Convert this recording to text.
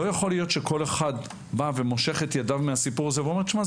לא יכול להיות שכל אחד בא ומושך את ידיו מהסיפור הזה ואומר: תשמע,